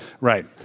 Right